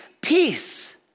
peace